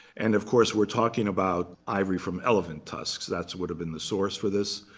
and of course, we're talking about ivory from elephant tusks. that would have been the source for this.